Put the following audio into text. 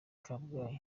kabgayi